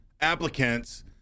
applicants